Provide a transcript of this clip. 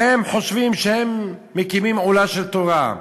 חושבים שהם מקימים עולה של תורה.